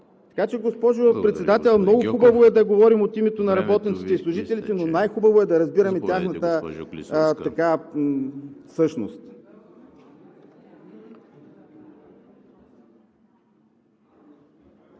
Така че, госпожо Председател, много хубаво е да говорим от името на работниците и служителите, но най-хубаво е да разбираме тяхната същност.